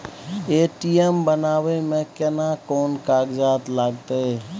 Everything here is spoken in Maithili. ए.टी.एम बनाबै मे केना कोन कागजात लागतै?